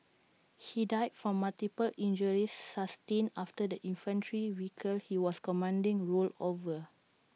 he died from multiple injuries sustained after the infantry vehicle he was commanding rolled over